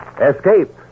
Escape